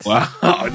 Wow